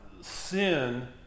sin